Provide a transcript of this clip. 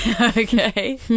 Okay